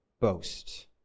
boast